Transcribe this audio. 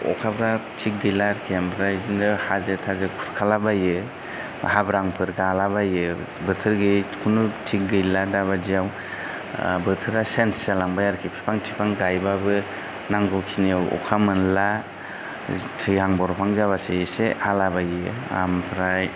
अखाफ्रा थिख गैला आरोखि ओमफ्राय इदिनो हाजो थाजो खुरखालाबायो हाब्रांफोर गालाबायो बोथोर गोयि खुनु थिख गैला दाबादियाव बोथोरा चेन्स जालांबाय आरखि बिफां थिफां गायब्लाबो नांगौ खिनियाव अखा मोनला थैहां बरफहां जाब्लासो एसे हालाबायो आमफ्राय